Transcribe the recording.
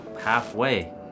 halfway